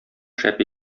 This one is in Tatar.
шәп